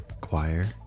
choir